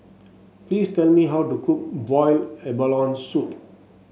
please tell me how to cook Boiled Abalone Soup